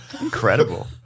Incredible